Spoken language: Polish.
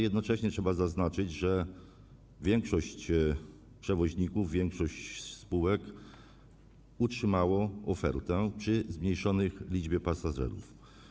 Jednocześnie trzeba zaznaczyć, że większość przewoźników, większość spółek utrzymała ofertę przy zmniejszonej liczbie pasażerów.